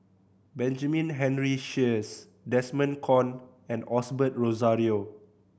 Benjamin Henry Sheares Desmond Kon and Osbert Rozario